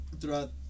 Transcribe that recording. throughout